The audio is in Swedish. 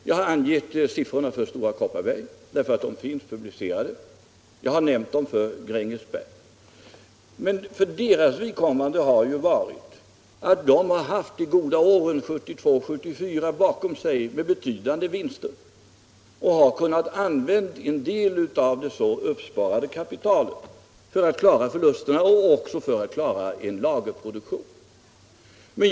Jag har angett siffrorna för Stora Kopparberg och jag har likaså nämnt problemen för Grängesberg därför att de finns publicerade. Men för dessa bolags vidkommande gäller att de har haft de goda åren 1972-1974 bakom sig med betydande vinster och att de har kunnat använda en del av det uppsparade kapitalet till att täcka förlusterna och även till att klara lagerproduktionen.